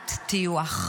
ועדת טיוח.